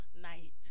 night